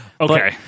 Okay